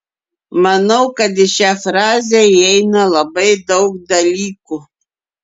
manau kad į šią frazę įeina labai daug dalykų